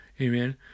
amen